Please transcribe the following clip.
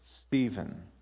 Stephen